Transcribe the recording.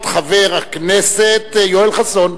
את חבר הכנסת יואל חסון.